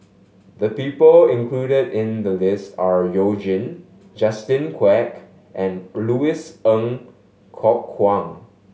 the people included in the list are You Jin Justin Quek and Louis Ng Kok Kwang